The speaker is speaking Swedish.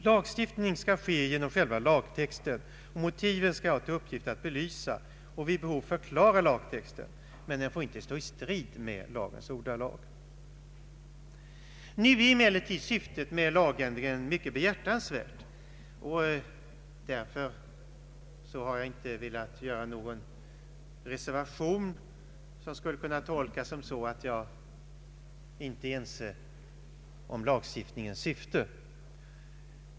Lagstiftning skall ske genom själva lagtexten. Motiven skall alltså ha till uppgift att belysa och vid behov förklara lagtexten, inte stå i strid med lagtextens ordalydelse. Nu är emellertid syftet med den föreslagna lagändringen mycket behjärtansvärt, och jag har därför inte velat avge någon reservation som skulle kunna tolkas så att jag inte är ense med lagstiftningens syfte.